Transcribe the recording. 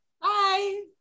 bye